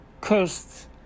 cursed